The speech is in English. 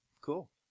Cool